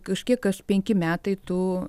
kažkiek kas penki metai tu